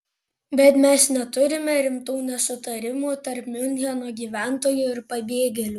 bet mes neturime rimtų nesutarimų tarp miuncheno gyventojų ir pabėgėlių